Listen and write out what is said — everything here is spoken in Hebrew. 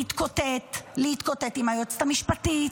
להתקוטט, להתקוטט עם היועצת המשפטית,